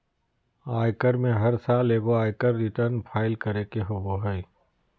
आयकर में हर साल एगो आयकर रिटर्न फाइल करे के होबो हइ